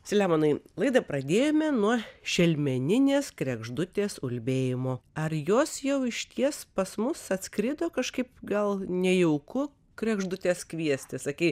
saliamonai laidą pradėjome nuo šelmeninės kregždutės ulbėjimo ar jos jau išties pas mus atskrido kažkaip gal nejauku kregždutes kviesti sakei